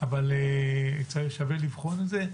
אבל שווה לבחון את זה.